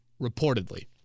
reportedly